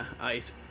ice